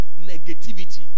negativity